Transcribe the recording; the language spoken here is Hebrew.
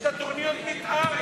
את תוכניות המיתאר,